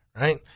right